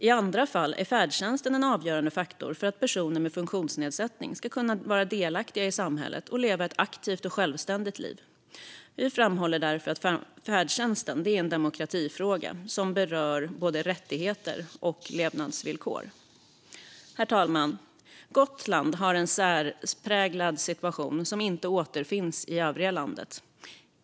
I andra fall är färdtjänst en avgörande faktor för att personer med funktionsnedsättning ska kunna vara delaktiga i samhället och leva ett aktivt och självständigt liv. Vi framhåller därför att färdtjänst är en demokratifråga som berör både rättigheter och levnadsvillkor. Herr talman! Gotland har en särpräglad situation som inte återfinns i övriga landet.